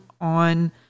on